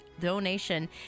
donation